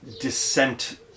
descent